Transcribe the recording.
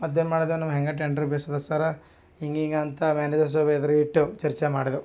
ಮತ್ತೇನು ಮಾಡ್ದೆವು ನಾವು ಹಂಗ ಟೆಂಡ್ರ್ ಬೇಸದ ಸರಾ ಹಿಂಗೆ ಹಿಂಗೆ ಅಂತ ಮ್ಯಾನೇಜರ್ ಸಾಬ್ ಎದ್ರು ಇಟ್ಟೇವು ಚರ್ಚೆ ಮಾಡ್ದೆವು